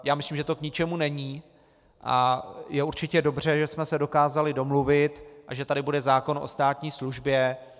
Já myslím, že to k ničemu není a je určitě dobře, že jsme se dokázali domluvit a že tady bude zákon o státní službě.